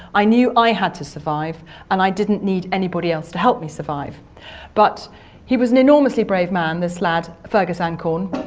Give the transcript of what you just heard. i knew i had to survive and i didn't need anybody else to help me survive but he was an enormously brave man this lad, fergus ancorn.